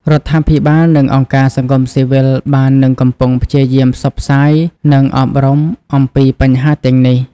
រដ្ឋាភិបាល និងអង្គការសង្គមស៊ីវិលបាននិងកំពុងព្យាយាមផ្សព្វផ្សាយ និងអប់រំអំពីបញ្ហាទាំងនេះ។